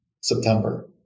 September